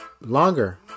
longer